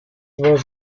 was